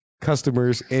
customers